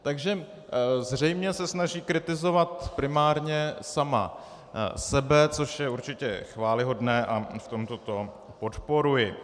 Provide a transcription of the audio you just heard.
Takže zřejmě se snaží kritizovat primárně sama sebe, což je určitě chvályhodné a v tomto to podporuji.